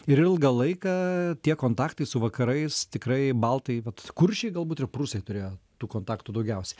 ir ilgą laiką tie kontaktai su vakarais tikrai baltai vat kuršiai galbūt ir prūsai turėjo tų kontaktų daugiausiai